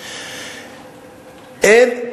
אין,